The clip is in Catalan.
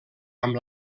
amb